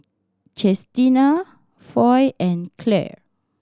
Chestina Foy and Clair